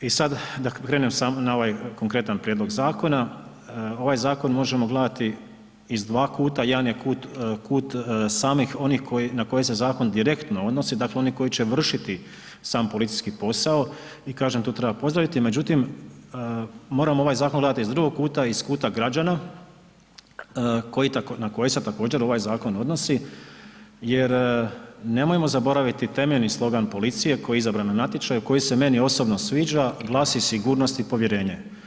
I sad da krenem na ovaj konkretan prijedlog zakona, ovaj zakon možemo gledati iz dva kuta, jedan je kut kut samih onih na koje se zakon direktno odnosi, dakle oni koji će vršiti sam policijski posao i kažem to treba pozdraviti, međutim, moramo ovaj zakon gledati iz drugog kuta, iz kuta građana na koje se također ovaj zakon odnosi jer nemojmo zaboraviti temeljni slogan policije koji je izabran na natječaju, koji se meni osobno sviđa, glasi Sigurnost i povjerenje.